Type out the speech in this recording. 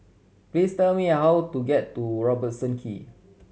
please tell me how to get to Robertson Quay